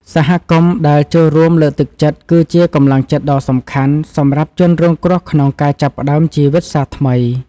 សហគមន៍ដែលចូលរួមលើកទឹកចិត្ត គឺជាកម្លាំងចិត្តដ៏សំខាន់សម្រាប់ជនរងគ្រោះក្នុងការចាប់ផ្តើមជីវិតជាថ្មី។